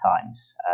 times